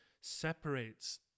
separates